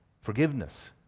forgiveness